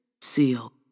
seal